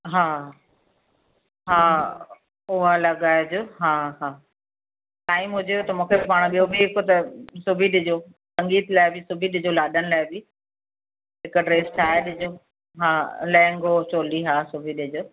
हा हा उआ लॻाइजो हा हा टाइम हुजेव त मूंखे बि पाण ॿियो बि हिकु त सिबी ॾिजो संगीत लाइ बि सिबी ॾिजो लाॾनि लाइ बि हिकु ड्रेस ठाहे ॾिजो हा लहेंगो चोली हा सिबी ॾिजो